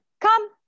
come